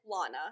Lana